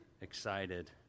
excited